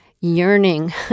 yearning